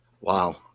Wow